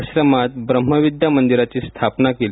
आश्रमात ब्रम्ह विद्या मंदिर ची स्थापना केली